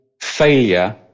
failure